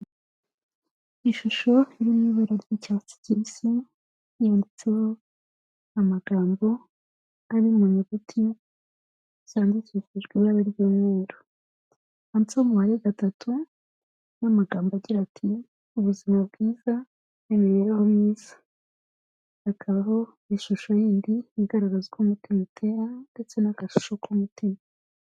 Ishusho iri mu ibara ry'icyatsi kibisi, yanditseho amagambo ari mu nyuguti zandikishijwe ibara ry'umweru. Handitseho umubare gatatu n'amagambo agira ati:"Ubuzima bwiza n'imibereho myiza". Hakabaho ishusho yindi igaragaza uko umutima utera ndetse n'agashusho k'umutima.